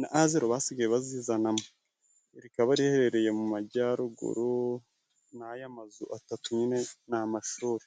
na azero basigaye bazizanamo. Rikaba riherereye mu majyaruguru n'aya mazu atatu nyine ni amashuri.